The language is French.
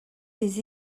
des